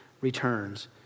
returns